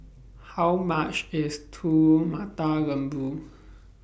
How much IS Telur Mata Lembu